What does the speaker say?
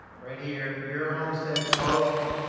right here, your homestead total,